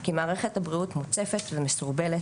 כי מערכת הבריאות מוצפת ומסורבלת,